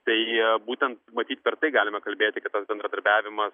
tai būtent matyt per tai galime kalbėti kad tas bendradarbiavimas